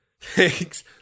Thanks